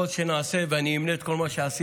כל שנעשה, ואני אמנה את כל מה שעשינו,